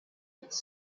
its